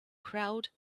crowd